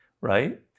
right